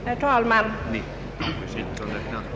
Herr talman!